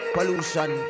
Pollution